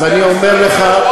אז אני אומר לך,